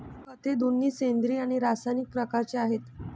खते दोन्ही सेंद्रिय आणि रासायनिक प्रकारचे आहेत